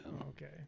Okay